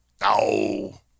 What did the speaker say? no